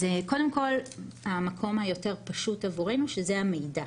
קודם כל, המקום היותר פשוט עבורנו, שזה המידע.